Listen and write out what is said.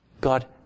God